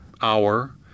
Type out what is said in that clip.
hour